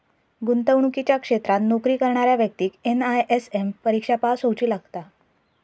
गुंतवणुकीच्या क्षेत्रात नोकरी करणाऱ्या व्यक्तिक एन.आय.एस.एम परिक्षा पास होउची लागता